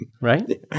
Right